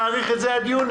אני חייב לציין,